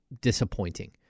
disappointing